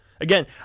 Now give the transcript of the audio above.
Again